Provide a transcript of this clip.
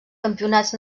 campionats